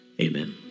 Amen